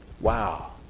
Wow